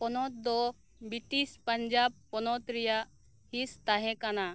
ᱯᱚᱱᱚᱛ ᱫᱚ ᱵᱨᱤᱴᱤᱥ ᱯᱟᱧᱡᱟᱵᱽ ᱯᱚᱱᱚᱛ ᱨᱮᱱᱟᱜ ᱦᱤᱥ ᱛᱟᱦᱮᱸ ᱠᱟᱱᱟ